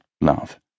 love